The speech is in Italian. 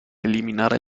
eliminare